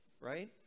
right